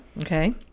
Okay